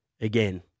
again